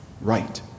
Right